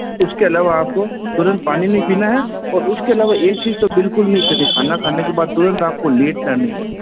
उसके अलावा आपको तुरंत पानी नहीं पीना है और उसके अलावा एक चीज तो बिल्कुल नहीं करनी खाना खाने के बाद तुरंत आपको लेटना नहीं है